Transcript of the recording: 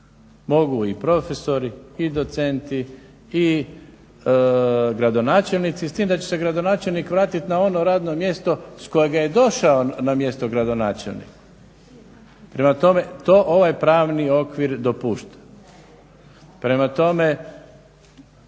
mogu i profesori i docenti i gradonačelnici s time da će se gradonačelnik vratiti na ono radno mjesto s kojega je došao na mjesto gradonačelnika. Prema tome, to ovaj pravni okvir dopušta. Prema tome,